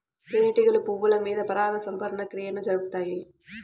తేనెటీగలు పువ్వుల మీద పరాగ సంపర్క క్రియను జరుపుతాయి